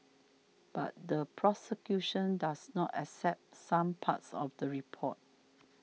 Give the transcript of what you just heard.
but the prosecution does not accept some parts of the report